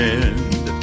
end